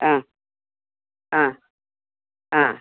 ആ ആഹ് ആഹ്